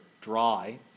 dry